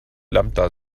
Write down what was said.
lambda